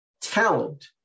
talent